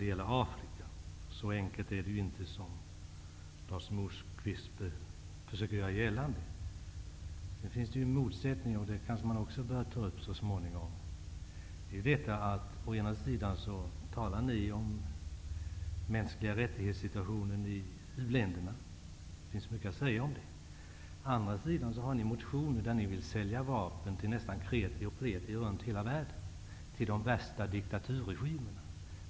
Det är ju inte så enkelt som Lars Moquist försöker göra gällande, och det gäller inte minst förhållandena i Afrika. Det finns även motsättningar som man kanske också bör ta upp så småningom. Å ena sidan talar Ny demokrati om situationen för mänskliga rättigheter i u-länderna. Det finns mycket att säga om det. Å andra sidan har ni motionerat om att det skall vara möjligt att sälja vapen till kreti och pleti runt om i hela världen, till de värsta diktaturregimerna.